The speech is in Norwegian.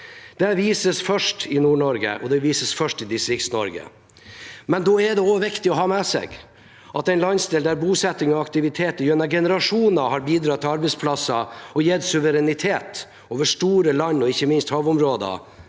– vises først i Nord-Norge, og det vises først i Distrikts-Norge. Da er det også viktig å ha med seg at dette er en landsdel der bosetning og aktivitet gjennom generasjoner har bidratt til arbeidsplasser og gitt suverenitet over store landområder og ikke minst havområder,